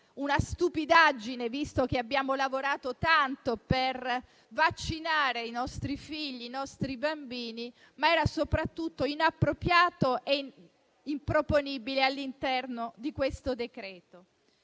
una stupidaggine, visto che abbiamo lavorato tanto per vaccinare i nostri figli, i nostri bambini, era soprattutto inappropriato e improponibile all'interno di questo decreto-legge.